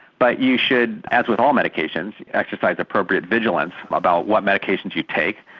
but you should, as with all medications, exercise appropriate vigilance about what medications you take.